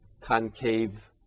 concave